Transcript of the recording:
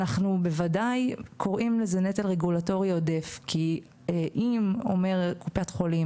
אנחנו בוודאי קוראים לזה "נטל רגולטורי עודף" כי אם אומרת קופת חולים